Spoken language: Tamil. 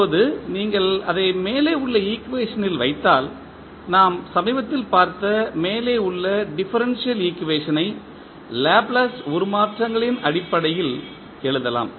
இப்போது நீங்கள் அதை மேலே உள்ள ஈக்குவேஷனில் வைத்தால் நாம் சமீபத்தில் பார்த்த மேலே உள்ள டிஃபரன்ஷியல் ஈக்குவேஷன் ஐ லாப்லேஸ் உருமாற்றங்களின் அடிப்படையில் எழுதலாம்